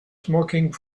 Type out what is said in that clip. smoking